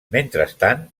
mentrestant